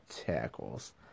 tackles